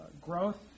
growth